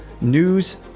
news